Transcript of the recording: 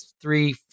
three